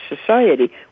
society